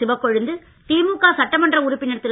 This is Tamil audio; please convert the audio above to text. சிவக்கொழுந்து திமுக சட்டமன்ற உறுப்பினர் திரு